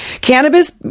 cannabis